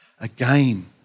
Again